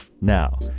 Now